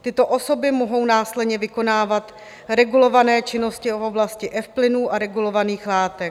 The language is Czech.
Tyto osoby mohou následně vykonávat regulované činnosti v oblasti Fplynů a regulovaných látek.